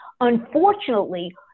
Unfortunately